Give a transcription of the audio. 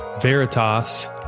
Veritas